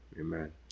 amen